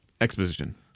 exposition